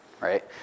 right